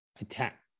attack